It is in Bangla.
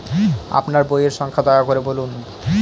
আপনার বইয়ের সংখ্যা দয়া করে বলুন?